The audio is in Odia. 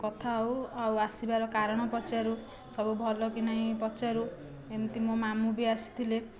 କଥାହେଉ ଆଉ ଆସିବାର କାରଣ ପଚାରୁ ସବୁ ଭଲ କି ନାହିଁ ପଚାରୁ ଏମିତି ମୋ' ମାମୁଁ ବି ଆସିଥିଲେ